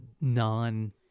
non